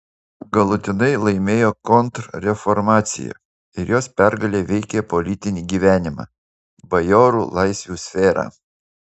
galutinai laimėjo kontrreformacija ir jos pergalė veikė politinį gyvenimą bajorų laisvių sferą